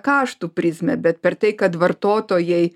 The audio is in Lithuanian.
kaštų prizmę bet per tai kad vartotojai